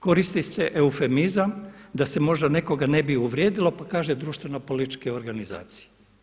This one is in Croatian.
Koristi se eufemizam da se možda ne bi nekoga uvrijedilo pa kaže društveno političke organizacije.